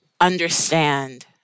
understand